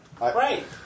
right